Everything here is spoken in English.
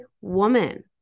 woman